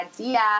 idea